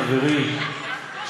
חברי,